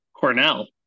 Cornell